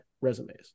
resumes